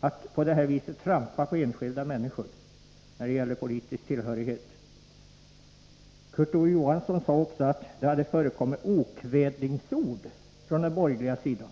att på det här viset trampa på enskilda människor när det gäller politisk tillhörighet. Kurt Ove Johansson sade att det förekommit okvädinsord från den borgerliga sidan.